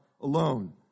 alone